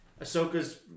Ahsoka's